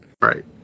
Right